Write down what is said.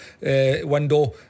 window